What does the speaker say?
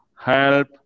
help